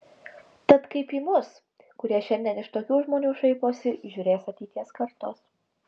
tad kaip į mus kurie šiandien iš tokių žmonių šaiposi žiūrės ateities kartos